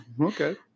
Okay